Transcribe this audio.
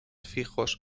fijos